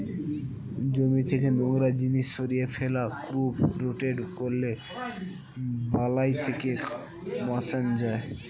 জমি থেকে নোংরা জিনিস সরিয়ে ফেলা, ক্রপ রোটেট করলে বালাই থেকে বাঁচান যায়